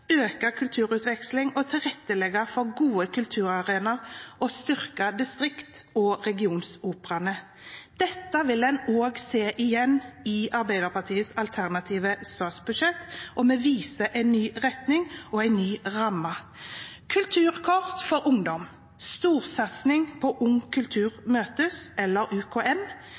og kunsthåndverk, øke kulturutvekslingen, tilrettelegge for gode kulturarenaer og styrke distrikts- og regionsoperaene. Dette vil en se igjen i Arbeiderpartiets alternative statsbudsjett, hvor vi viser en ny retning og en ny ramme: kulturkort for ungdom, storsatsing på Ung Kultur Møtes – UKM